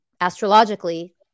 astrologically